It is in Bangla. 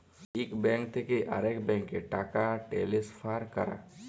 ইক ব্যাংক থ্যাকে আরেক ব্যাংকে টাকা টেলেসফার ক্যরা